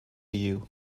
you